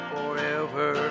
Forever